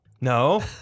No